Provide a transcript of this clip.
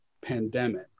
pandemic